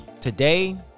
today